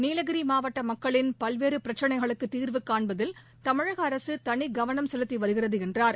நீலகிரி மாவட்ட மக்களின் பல்வேறு பிரக்ளைகளுக்குத் தீர்வு காண்பதில் தமிழக அரசு தனிக்கவனம் செலுத்தி வருகிறது என்றார்